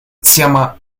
тема